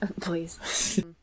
Please